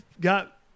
got